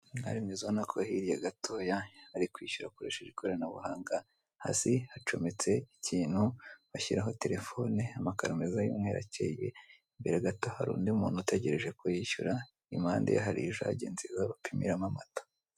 Umwari mwiza ubona ko hirya gatoya ari kwishyura akoresheje ikorabuhanga, hasi hacometse ikintu bashyiraho terefone, amakaro meza y'umweru akeye imbere gato hari undi muntu utegereje ko yishyura impande hari ijage nziza bapimiramo amata.